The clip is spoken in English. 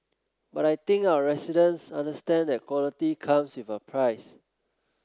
but I think our residents understand that quality comes with a price